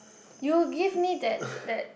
you give me that that